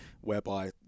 whereby